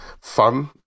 fun